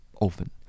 often